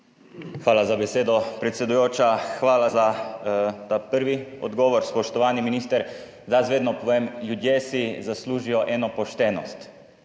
Hvala za besedo, predsedujoča. Hvala za ta prvi odgovor, spoštovani minister. Vedno povem, ljudje si zaslužijo eno poštenost,